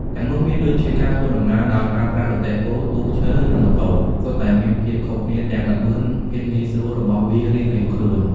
ទាំងនោះមានដូចជាការធ្វើដំណើរដោយប្រើប្រាស់ រទេះគោ ទូកឈើ និងម៉ូតូ សុទ្ធតែមានភាពខុសគ្នាទាំងល្បឿន ភាពងាយស្រួលរបស់វារៀងៗខ្លួន ។